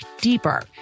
deeper